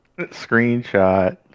Screenshot